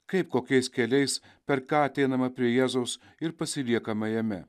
kaip kokiais keliais per ką ateinama prie jėzaus ir pasiliekama jame